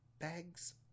bags